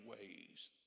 ways